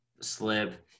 slip